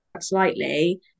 slightly